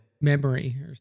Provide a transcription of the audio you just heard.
memory